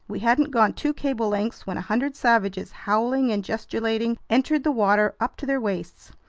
we hadn't gone two cable lengths when a hundred savages, howling and gesticulating, entered the water up to their waists.